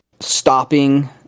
Stopping